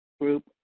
group